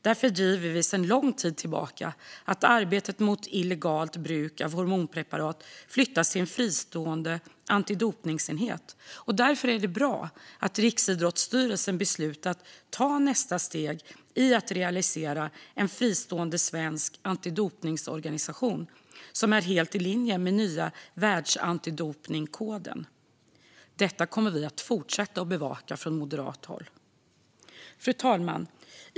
Därför driver vi sedan lång tid tillbaka förslaget att arbetet mot illegalt bruk av hormonpreparat flyttas till en fristående antidopningsenhet. Det är därför bra att Riksidrottsstyrelsen har beslutat att ta nästa steg i att realisera en fristående svensk antidopingorganisation som är helt i linje med nya världsantidopningskoden. Detta kommer vi i Moderaterna att fortsätta bevaka. Fru talman!